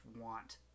want